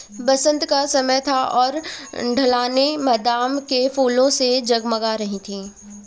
बसंत का समय था और ढलानें बादाम के फूलों से जगमगा रही थीं